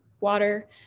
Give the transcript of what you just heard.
water